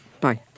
Bye